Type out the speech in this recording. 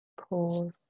pause